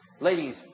Ladies